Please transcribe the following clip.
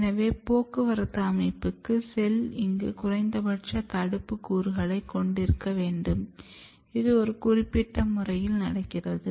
எனவே போக்குவரத்து அமைப்புக்கு செல் இங்கு குறைந்தபட்ச தடுப்புக் கூறுகளைக் கொண்டிருக்க வேண்டும் இது ஒரு குறிப்பிட்ட முறையில் நடக்கிறது